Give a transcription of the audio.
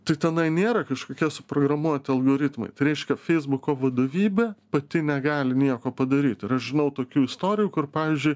tai tenai nėra kažkokie suprogramuoti algoritmai tai reiškia feisbuko vadovybė pati negali nieko padaryti ir aš žinau tokių istorijų kur pavyzdžiui